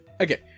Okay